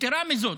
יתרה מזאת,